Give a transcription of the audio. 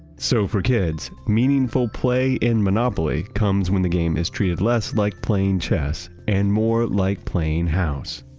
so for kids, meaningful play in monopoly comes when the game is treated less like playing chess and more like playing house.